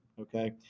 Okay